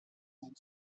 and